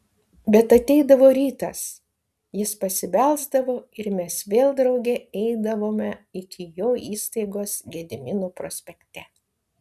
bet ateidavo rytas jis pasibelsdavo ir mes vėl drauge eidavome iki jo įstaigos gedimino prospekte